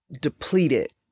depleted